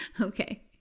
okay